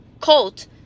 colt